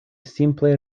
simple